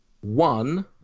one